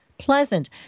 Pleasant